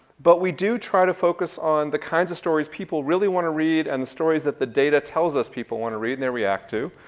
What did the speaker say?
but we do try to focus on the kinds of stories people really wanna read, and the stories that the data tells us people wanna read and they react to.